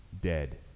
dead